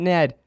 Ned